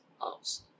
house